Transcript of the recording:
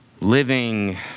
Living